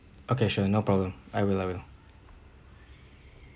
okay sure no problem I will I will